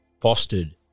fostered